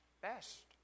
best